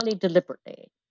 deliberately